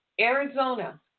Arizona